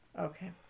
Okay